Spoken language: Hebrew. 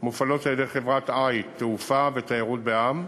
מופעלות על-ידי חברת "עיט שירותי תעופה ותיירות בע"מ"